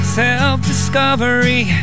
self-discovery